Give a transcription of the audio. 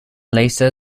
lisa